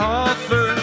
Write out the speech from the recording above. offer